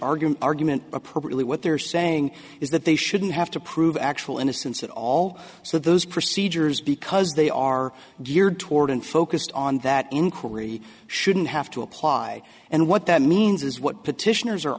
argue argument appropriately what they're saying is that they shouldn't have to prove actual innocence at all so those procedures because they are geared toward focused on that inquiry shouldn't have to apply and what that means is what petitioners are